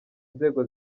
inzego